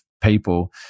people